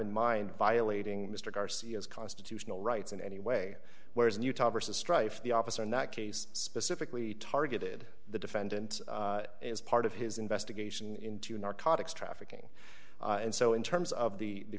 in mind violating mr garcia's constitutional rights in any way whereas in utah versus strife the officer in that case specifically targeted the defendant as part of his investigation into narcotics trafficking and so in terms of the